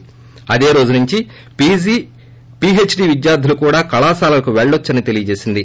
లదే రోజు నుంచి PG PhD విద్యార్దులు కూడా కళాశాలలకు వెళ్లవచ్చని తెలిపింది